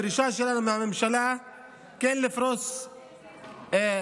הדרישה שלנו מהממשלה היא כן לפרוס בנקים